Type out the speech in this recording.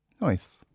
Nice